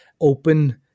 open